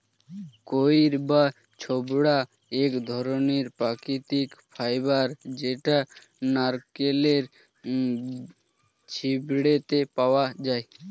কইর বা ছোবড়া এক ধরণের প্রাকৃতিক ফাইবার যেটা নারকেলের ছিবড়েতে পাওয়া যায়